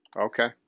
Okay